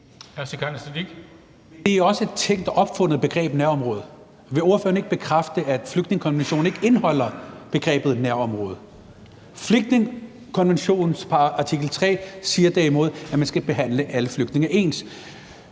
er også et tænkt og opfundet begreb. Vil ordføreren ikke bekræfte, at flygtningekonventionen ikke indeholder begrebet nærområde? Flygtningekonventionens artikel 3 siger derimod, at man skal behandle alle flygtninge ens.